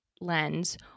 lens